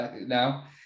now